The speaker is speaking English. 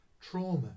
trauma